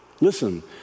Listen